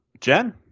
Jen